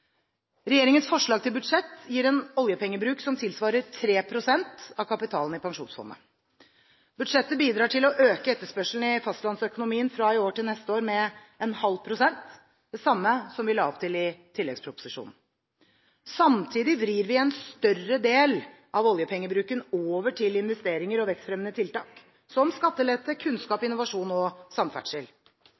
Regjeringens forslag til budsjett gir en oljepengebruk som tilsvarer 3 pst. av kapitalen i pensjonsfondet. Budsjettet bidrar til å øke etterspørselen i fastlandsøkonomien fra i år til neste år med 0,5 pst., det samme som vi la opp til i tilleggsproposisjonen. Samtidig vrir vi en større del av oljepengebruken over til investeringer og vekstfremmende tiltak, som skatteletter, kunnskap, innovasjon og samferdsel.